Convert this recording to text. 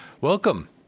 Welcome